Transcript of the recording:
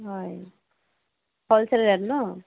হয় wholesale rate ন